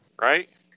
right